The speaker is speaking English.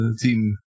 team